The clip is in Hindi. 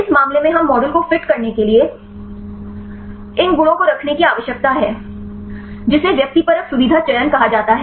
इस मामले में हमें मॉडल को फिट करने के लिए इन गुणों को रखने की आवश्यकता है जिसे व्यक्तिपरक सुविधा चयन कहा जाता है